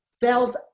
felt